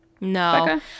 No